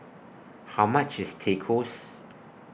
How much IS Tacos